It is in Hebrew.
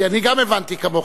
כי גם אני הבנתי כמוך,